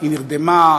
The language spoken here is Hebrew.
היא נרדמה?